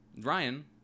Ryan